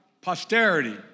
posterity